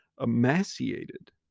emaciated